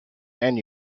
and